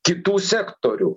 kitų sektorių